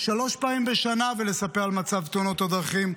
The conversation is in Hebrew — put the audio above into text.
שלוש פעמים בשנה ולספר על מצב תאונות הדרכים,